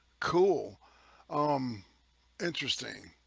cool um interesting